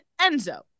Enzo